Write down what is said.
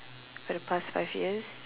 for the past five years